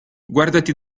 guardati